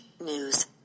news